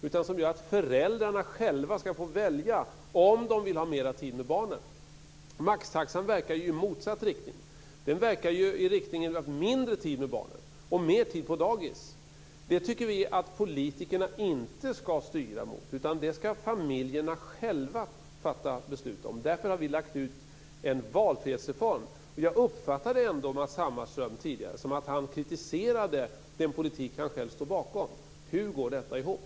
Vi vill att föräldrarna själva ska få välja om de vill ha mer tid med barnen. Maxtaxan verkar ju i motsatt riktning. Den verkar i riktning mot mindre tid med barnen och mer tid på dagis. Det tycker vi att politikerna inte ska styra mot. Familjerna ska själva fatta beslut om detta. Därför har vi lagt fram en valfrihetsreform. Jag uppfattade tidigare att Matz Hammarström kritiserade den politik han själv står bakom. Hur går detta ihop?